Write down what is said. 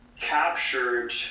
captured